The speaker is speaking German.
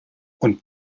und